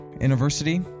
university